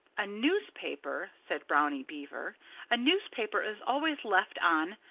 a newspaper said brownie beaver a newspaper is always left on,